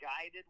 guided